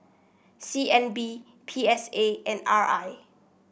C N B P S A and R I